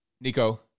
Nico